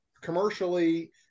commercially